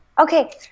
Okay